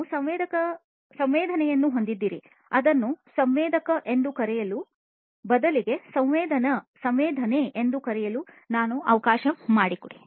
ನೀವು ಸಂವೇದನೆಯನ್ನು ಹೊಂದಿದ್ದೀರಿ ಅದನ್ನು ಸಂವೇದಕ ಎಂದು ಕರೆಯಲು ಬದಲಿಗೆ ಸಂವೇದನೆ ಎಂದು ಕರೆಯಲು ನನಗೆ ಅವಕಾಶ ಮಾಡಿಕೊಡಿ